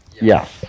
yes